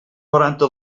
noranta